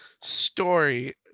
story